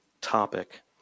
topic